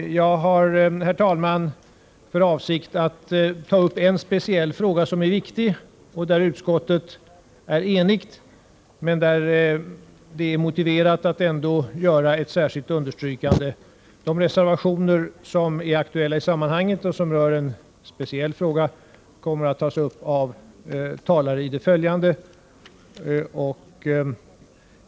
Jag har för avsikt att ta upp en speciell fråga, där utskottet är enigt men där det ändå är motiverat att göra ett särskilt understrykande. De reservationer som är aktuella i sammanhanget kommer att tas upp av talare i det följande.